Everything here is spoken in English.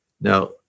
Now